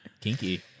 Kinky